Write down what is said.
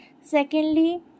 secondly